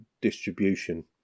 distribution